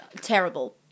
terrible